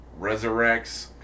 resurrects